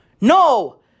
No